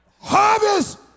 Harvest